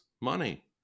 money